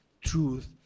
truth